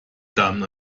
damen